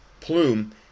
plume